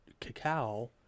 cacao